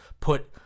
put